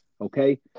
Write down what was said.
Okay